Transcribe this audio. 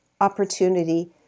opportunity